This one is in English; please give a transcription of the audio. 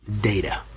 data